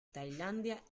tailandia